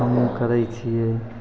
हमहूँ करै छिए